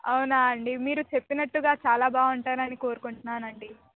అవునా అండి మీరు చెప్పినట్టుగా చాలా బాగుంటారు అని కోరుకుంటున్నాను అండి